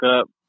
up